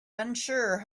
unsure